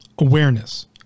awareness